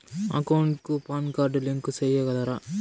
నా అకౌంట్ కు PAN card link సేయగలరా?